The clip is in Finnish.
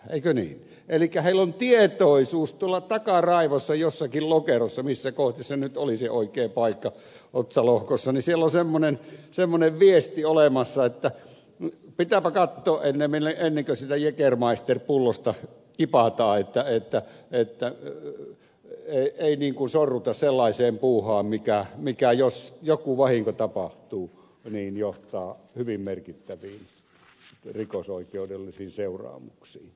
elikkä heillä on tietoisuus tuolla takaraivossa jossakin lokerossa missä kohti se nyt oli se oikea paikka otsalohkossa semmoinen viesti olemassa että pitääpä katsoa ennen kuin sitä jägermeister pullosta kipataan että ei sorruta sellaiseen puuhaan mikä jos joku vahinko tapahtuu johtaa hyvin merkittäviin rikosoikeudellisiin seuraamuksiin